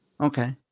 Okay